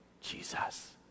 Jesus